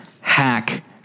hack